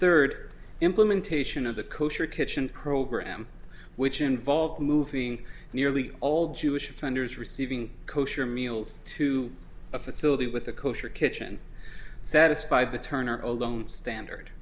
third implementation of the kosher kitchen program which involved moving nearly all jewish offenders receiving kosher meals to a facility with a kosher kitchen satisfy the turner alone standard